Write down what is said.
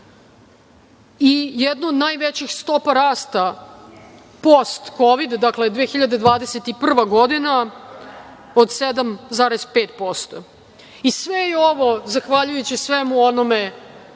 i jednu od najvećih stopa rasta postkovida, dakle 2021. godina od 7,5%. Sve je ovo zahvaljujući svemu onome